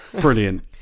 Brilliant